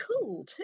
cool